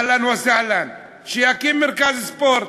אהלן וסהלן, שיקים מרכז ספורט,